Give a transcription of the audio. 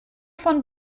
von